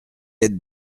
êtes